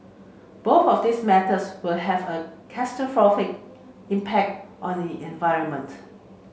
both of these methods will have a catastrophic impact on the environment